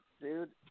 dude